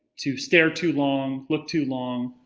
to stare too long, look too long,